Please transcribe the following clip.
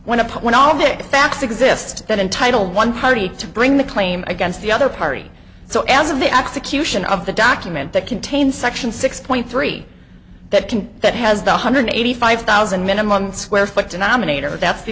when up when all of it facts exist that entitle one party to bring the claim against the other party so as of the execution of the document that contains section six point three that can that has the one hundred eighty five thousand minimum square foot denominator that's the